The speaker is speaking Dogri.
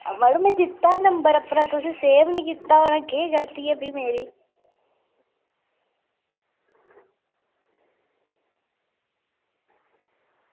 यरो में दित्ता नंबर अपना ते तुसें सेव गै निं कीता ते भैनें भी केह् गलती ऐ मेरी